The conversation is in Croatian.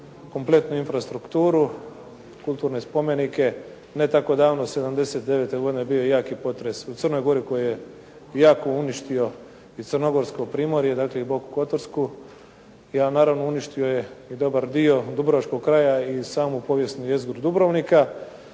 kompletnu infrastrukturu, kulturne spomenike. Ne tako davne, '79. godine bio je jaki potres u Crnoj Gori koji je jako uništio i crnogorsko primorje dakle i Boku Kotorsku, i naravno uništio je i dobar dio dubrovačkog kraja i samu povijesnu jezgru Dubrovnika,